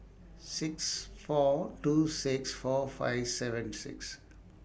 six four two six four five seven six